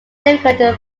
difficult